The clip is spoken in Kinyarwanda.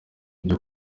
byo